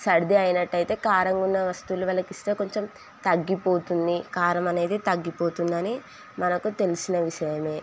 సర్ది అయినట్టు అయితే కారంగా ఉన్న వస్తువులు వాళ్ళకి ఇస్తే కొంచెం తగ్గిపోతుంది కారం అనేది తగ్గిపోతుంది అని మనకు తెలిసిన విషయమే